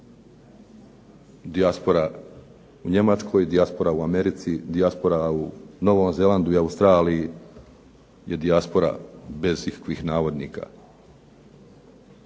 Dijaspora u Njemačkoj, dijaspora u Americi, dijaspora u Novom Zelandu i Australiji, dijaspora bez ikakvih navodnika.